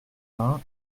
vingt